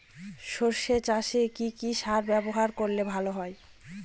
সর্ষে চাসে কি কি সার ব্যবহার করলে ভালো হয়?